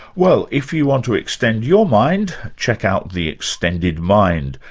well if you want to extend your mind, check out the extended mind,